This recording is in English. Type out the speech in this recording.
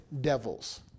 devils